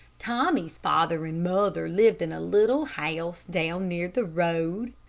tommy's father and mother lived in a little house down near the road.